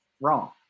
wrong